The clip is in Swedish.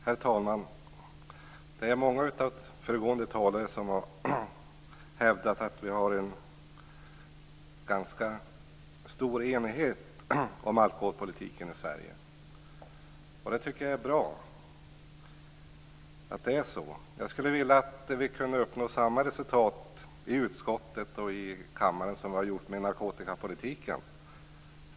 Herr talman! Det är många av föregående talare som har hävdat att vi har en ganska stor enighet om alkoholpolitiken i Sverige. Det är bra att det är så. Jag skulle vilja att vi kunde uppnå samma resultat i utskottet och i kammaren som vi har gjort med narkotikapolitiken.